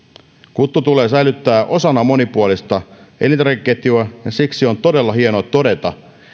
kuttu tulee säilyttää osana monipuolista elintarvikeketjua ja siksi on todella hienoa todeta